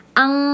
ang